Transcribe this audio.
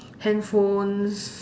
hand phones